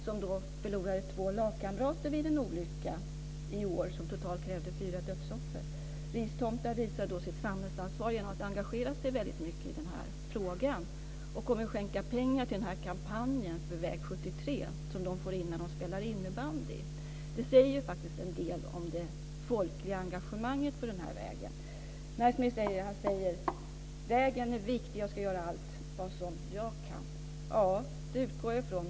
Klubben förlorade två lagkamrater vid en olycka i år som krävde totalt fyra dödsoffer. Ristomta visar sitt samhällsansvar genom att engagera sig väldigt mycket i denna fråga och kommer att skänka pengar som man får in när man spelar innebandy till kampanjen för väg 73. Det säger faktiskt en del om det folkliga engagemanget för denna väg. Näringsministern säger att vägen är viktig och att han ska göra allt vad han kan. Ja, det utgår jag från.